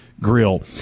Grill